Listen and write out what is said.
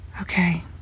Okay